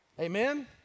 Amen